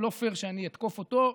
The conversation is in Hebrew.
ולא פייר שאני אתקוף אותו.